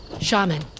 Shaman